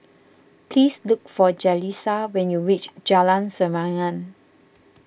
please look for Jalissa when you reach Jalan Serengam